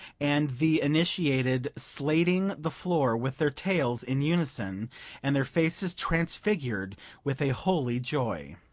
and the initiated slatting the floor with their tails in unison and their faces transfigured with a holy joy.